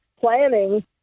planning